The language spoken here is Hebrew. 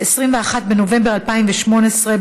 21 בנובמבר 2018,